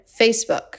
Facebook